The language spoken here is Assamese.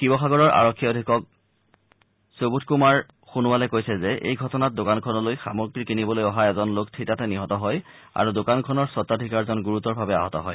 শিৱসাগৰৰ আৰক্ষী অধীক্ষক সুবোধ কুমাৰ সোণোৱালে কৈছে যে এই ঘটনাত দোকানখনলৈ সামগ্ৰী কিনিবলৈ অহা এজন লোক থিতাতে নিহত হয় আৰু দোকানখনৰ স্বত্বধীকাৰজন গুৰুতৰভাৱে আহত হয়